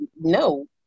no